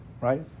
right